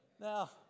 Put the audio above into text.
Now